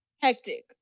hectic